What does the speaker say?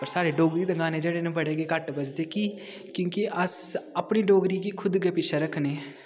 ते साढ़े डोगरी दे गाने न ओह् घट्ट बजदे कि क्योंकि अस अपनी डोगरी गी खुद गै पिच्छें रक्खने